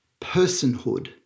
personhood